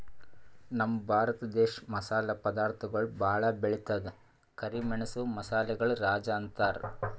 ನಮ್ ಭರತ ದೇಶ್ ಮಸಾಲೆ ಪದಾರ್ಥಗೊಳ್ ಭಾಳ್ ಬೆಳಿತದ್ ಕರಿ ಮೆಣಸ್ ಮಸಾಲೆಗಳ್ ರಾಜ ಅಂತಾರ್